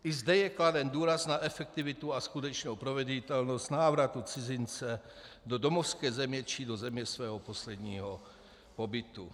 I zde je kladen důraz na efektivitu a skutečnou proveditelnost návratu cizince do domovské země či do země svého posledního pobytu.